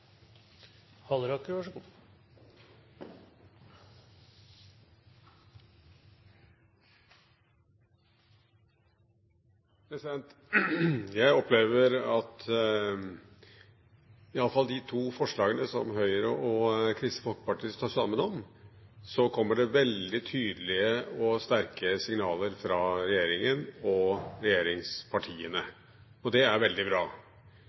opplever at når det gjelder de to forslagene som Høyre og Kristelig Folkeparti står sammen om, så kommer det veldig tydelige og sterke signaler fra regjeringen og regjeringspartiene. Det er veldig bra.